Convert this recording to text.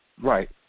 Right